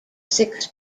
six